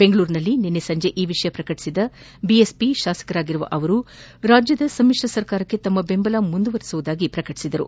ಬೆಂಗಳೂರಿನಲ್ಲಿ ನಿನ್ನೆ ಸಂಜೆ ಈ ವಿಷಯ ಪ್ರಕಟಿಸಿದ ಬಿಎಸ್ಒ ಶಾಸಕರಾಗಿರುವ ಅವರು ರಾಜ್ಞದ ಸಮಿತ್ರ ಸರ್ಕಾರಕ್ಕೆ ತಮ್ಮ ಬೆಂಬಲ ಮುಂದುವರೆಸುವುದಾಗಿ ಪ್ರಕಟಿಸಿದರು